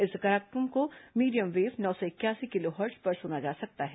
इस कार्यक्रम को मीडियम वेव नौ सौ इकयासी किलोहर्ट्ज पर सुना जा सकता है